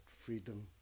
freedom